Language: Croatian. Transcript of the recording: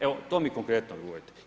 Evo, to mi konkretno odgovorite.